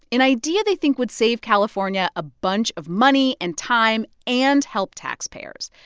an idea they think would save california a bunch of money and time and help taxpayers.